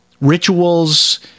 rituals